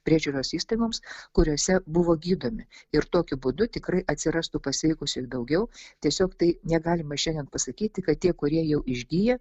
priežiūros įstaigoms kuriose buvo gydomi ir tokiu būdu tikrai atsirastų pasveikusiųjų daugiau tiesiog tai negalima šiandien pasakyti kad tie kurie jau išgiję